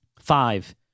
Five